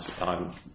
on